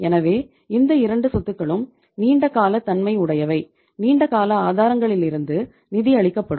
எனவே இந்த இரண்டு சொத்துகளும் நீண்ட கால தன்மை உடையவை நீண்ட கால ஆதாரங்களிலிருந்து நிதி அளிக்கப்படும்